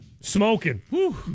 smoking